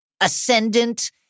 ascendant